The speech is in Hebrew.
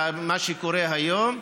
מה שקורה היום,